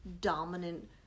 dominant